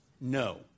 No